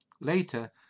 Later